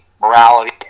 morality